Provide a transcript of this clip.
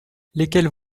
lesquelles